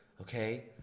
okay